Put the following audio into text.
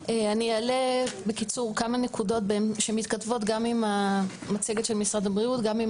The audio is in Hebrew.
אעלה בקיצור כמה נקודות שמתכתבות גם עם המצגת של משרד הבריאות וגם עם